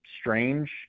strange